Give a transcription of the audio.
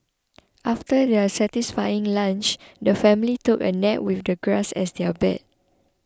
after their satisfying lunch the family took a nap with the grass as their bed